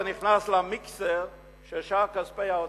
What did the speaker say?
זה נכנס למיקסר של שאר כספי האוצר,